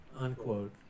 Unquote